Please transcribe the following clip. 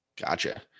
Gotcha